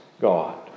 God